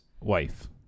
wife